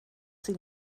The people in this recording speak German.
sie